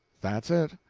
that's it.